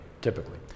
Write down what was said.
typically